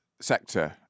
sector